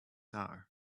hour